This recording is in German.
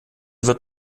wird